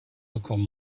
records